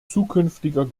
zukünftiger